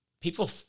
people